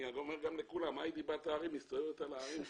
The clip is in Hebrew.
אני אומר גם לכולם: היידי בת ההרים מסתובבת על ההרים שם,